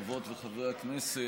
חברות וחברי הכנסת,